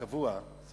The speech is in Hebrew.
הקבוע,